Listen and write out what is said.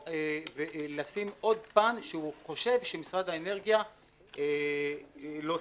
ולשים עוד פן שהוא חושב שמשרד האנרגיה לא שם.